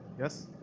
yes.